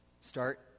Start